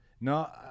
No